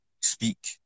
speak